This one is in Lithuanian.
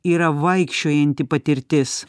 yra vaikščiojanti patirtis